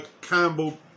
Campbell